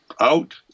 out